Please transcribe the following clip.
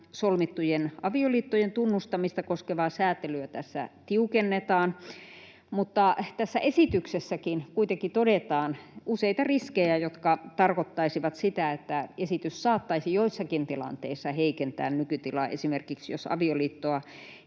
solmittujen avioliittojen tunnustamista koskevaa sääntelyä tässä tiukennetaan, mutta tässä esityksessäkin kuitenkin todetaan siinä olevan useita riskejä, jotka tarkoittaisivat sitä, että esitys saattaisi joissakin tilanteissa heikentää nykytilaa, esimerkiksi jos avioliittoa